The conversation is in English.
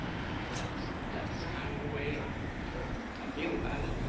i mean, that's that's kind of the way i feel about it.